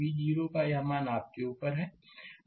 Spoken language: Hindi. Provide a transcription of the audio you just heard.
V0 का यह मान आपके ऊपर है